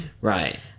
Right